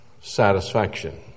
satisfaction